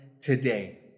today